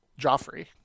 Joffrey